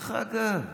דרך אגב,